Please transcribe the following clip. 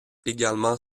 également